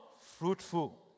fruitful